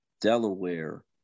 Delaware